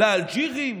לאלג'ירים: